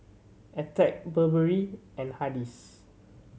Attack Burberry and Hardy's